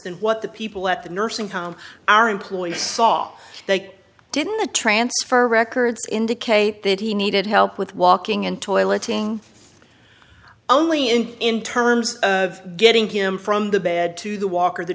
than what the people at the nursing home our employee saw they didn't the transfer records indicate that he needed help with walking and toileting only in in terms of getting him from the bed to the walker the